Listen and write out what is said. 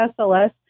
SLS